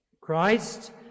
christ